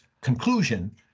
conclusion